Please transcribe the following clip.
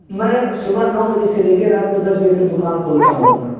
میں صبح نو بجے سے لے کے رات کو دس بجے تک دکان کھولتا ہوں اپنا